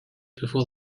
before